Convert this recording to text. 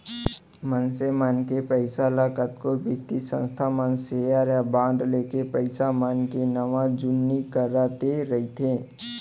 मनसे मन के पइसा ल कतको बित्तीय संस्था मन सेयर या बांड लेके पइसा मन के नवा जुन्नी करते रइथे